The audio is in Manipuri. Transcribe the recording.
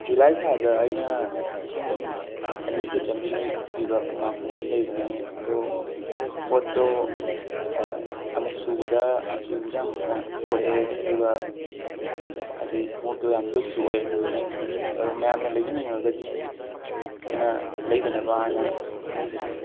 ꯖꯨꯂꯥꯏ ꯊꯥꯗ ꯑꯩꯅ ꯂꯤꯁꯤꯡ ꯑꯅꯤꯒ ꯆꯥꯝꯔꯤ ꯄꯤꯕ ꯄꯨꯃꯥ ꯈꯣꯡꯎꯞ ꯑꯃ ꯂꯩꯕꯅꯦ ꯑꯗꯣ ꯄꯣꯠꯇꯣ ꯑꯃꯨꯛ ꯁꯨꯕꯗ ꯃꯆꯨꯁꯨ ꯌꯥꯝꯅ ꯀꯣꯛꯑꯦ ꯑꯗꯨꯒ ꯍꯥꯏꯕꯗꯤ ꯈꯣꯡꯎꯞꯇꯨ ꯌꯥꯝ ꯂꯨꯖꯁꯨ ꯑꯣꯏ ꯑꯗꯣ ꯃꯌꯥꯝꯅ ꯂꯩꯕꯤꯅꯤꯡꯉꯒꯗꯤ ꯑꯩꯅ ꯂꯩꯗꯅꯕ ꯍꯥꯏꯅ ꯈꯪꯍꯟꯖꯔꯤ